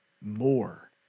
more